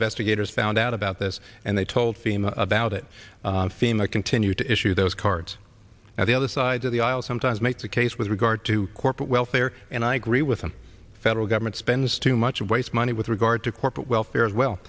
investigators found out about this and they told fema about it fema continued to issue those cards at the other side of the aisle sometimes make the case with regard to corporate welfare and i agree with the federal government spends too much of waste money with regard to corporate welfare as well